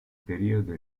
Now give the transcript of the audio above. periodo